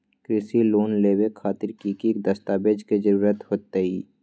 कृषि लोन लेबे खातिर की की दस्तावेज के जरूरत होतई?